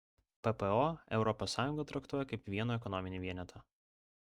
ppo europos sąjungą traktuoja kaip vieną ekonominį vienetą